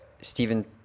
Stephen